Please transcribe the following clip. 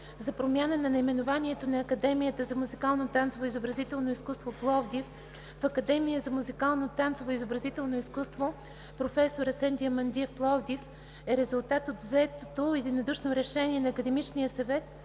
за промяна на наименованието на Академията за музикално, танцово и изобразително изкуство – Пловдив, в Академия за музикално, танцово и изобразително изкуство „Професор Асен Диамандиев“ – Пловдив, е резултат от взетото единодушно решение на Академичния съвет